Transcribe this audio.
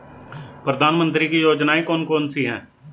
प्रधानमंत्री की योजनाएं कौन कौन सी हैं?